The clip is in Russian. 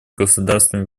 государствами